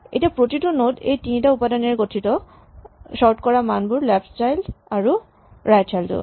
এতিয়া প্ৰতিটো নড এই তিনিটা উপাদানেৰে গঠিত চৰ্ট কৰা মানবোৰ লেফ্ট চাইল্ড টো আৰু ৰাইট চাইল্ড টো